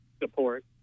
support